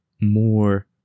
more